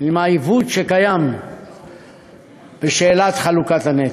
עם העיוות שקיים בשאלת חלוקת הנטל.